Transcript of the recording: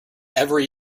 every